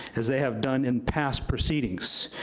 as they have done in past proceedings.